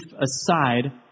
aside